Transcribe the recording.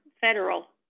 federal